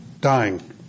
dying